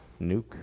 Nuke